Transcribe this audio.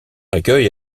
accueille